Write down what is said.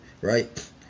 right